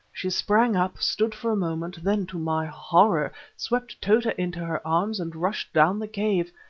she sprang up, stood for a moment, then, to my horror, swept tota into her arms and rushed down the cave.